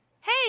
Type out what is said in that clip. hey